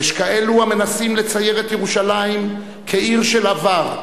יש כאלו המנסים לצייר את ירושלים כעיר של עבר,